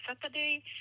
Saturday